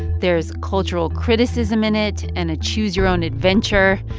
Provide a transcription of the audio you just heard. there is cultural criticism in it and a choose your own adventure.